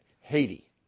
Haiti